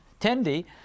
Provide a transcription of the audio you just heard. Tendi